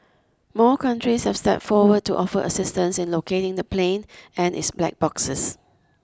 more countries have stepped forward to offer assistance in locating the plane and its black boxes